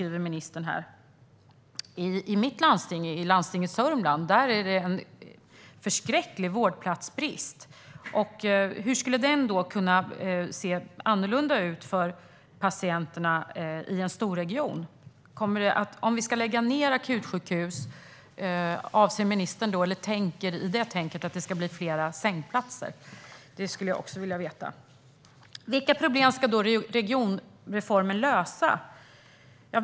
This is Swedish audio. I Landstinget Sörmland, mitt landsting, finns en förskräcklig brist på vårdplatser. Hur skulle det kunna se annorlunda ut för patienterna i en storregion? Tror ministern att det blir fler sängplatser om vi lägger ned akutsjukhus? Detta vill jag också få veta. Vilka problem ska regionreformen lösa?